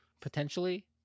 potentially